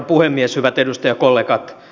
hyvät edustajakollegat